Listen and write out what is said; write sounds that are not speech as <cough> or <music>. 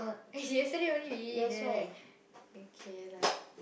<laughs> yesterday only we eat there right okay lah